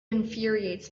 infuriates